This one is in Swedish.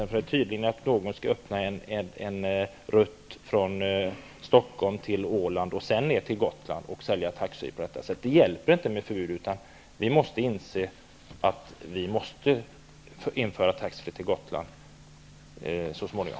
Någon skall tydligen öppna en rutt från Stockholm via Åland till Gotland och där ha taxfreeförsäljning. Det hjälper inte med förbud. Vi måste inse att vi måste införa taxfreeförsäljning på Gotlandstrafiken så småningom.